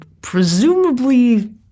presumably